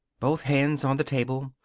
both hands on the table,